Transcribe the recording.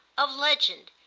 of legend,